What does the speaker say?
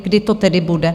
Kdy to tedy bude?